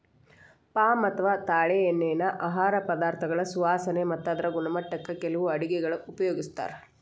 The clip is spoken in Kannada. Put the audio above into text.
ಪಾಮ್ ಅಥವಾ ತಾಳೆಎಣ್ಣಿನಾ ಆಹಾರ ಪದಾರ್ಥಗಳ ಸುವಾಸನೆ ಮತ್ತ ಅದರ ಗುಣಮಟ್ಟಕ್ಕ ಕೆಲವು ಅಡುಗೆಗ ಉಪಯೋಗಿಸ್ತಾರ